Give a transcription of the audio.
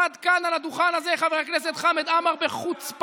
עמד כאן על הדוכן הזה חבר הכנסת חמד עמאר בחוצפה,